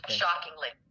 shockingly